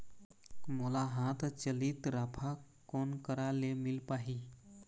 मोला हाथ चलित राफा कोन करा ले मिल पाही?